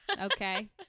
Okay